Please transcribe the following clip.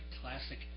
classic